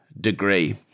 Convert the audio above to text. degree